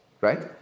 right